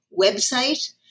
website